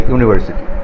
University